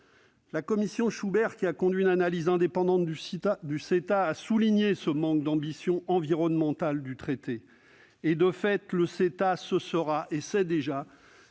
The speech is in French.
La commission Schubert, qui a conduit une analyse indépendante du CETA, a souligné le « manque d'ambition » environnementale du traité. De fait, le CETA continuera d'entraîner